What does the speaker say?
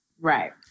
Right